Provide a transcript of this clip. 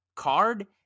card